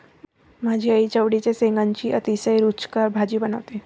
माझी आई चवळीच्या शेंगांची अतिशय रुचकर भाजी बनवते